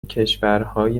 کشورهای